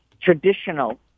traditional